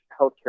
healthcare